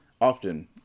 Often